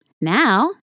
Now